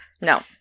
no